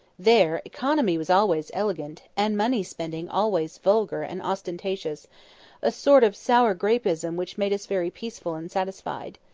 there, economy was always elegant, and money-spending always vulgar and ostentatious a sort of sour grapeism which made us very peaceful and satisfied.